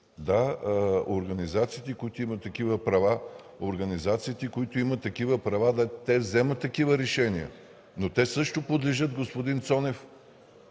Да, организациите, които имат такива права, те вземат такива решения, но също подлежат, господин Цонев,